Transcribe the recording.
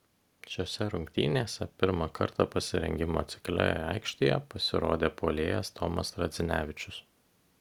šiose rungtynėse pirmą kartą pasirengimo cikle aikštėje pasirodė puolėjas tomas radzinevičius